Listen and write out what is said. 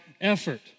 effort